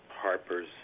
Harper's